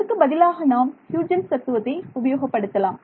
அதற்கு பதிலாக நாம் ஹ்யூஜென்ஸ் தத்துவத்தை உபயோகப்படுத்தலாம்